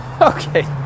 Okay